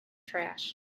trash